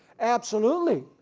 absolutely.